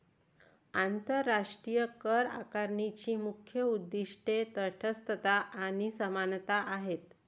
आंतरराष्ट्रीय करआकारणीची मुख्य उद्दीष्टे तटस्थता आणि समानता आहेत